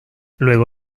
luego